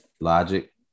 Logic